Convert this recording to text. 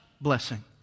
blessing